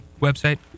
website